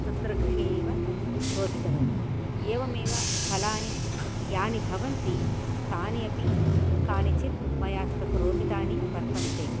तत्र गृहे एव रोपितवती एवमेव फलानि यानि भवन्ति तानि अपि कानिचित् मया तत्र रोपितानि वर्तन्ते